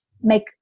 make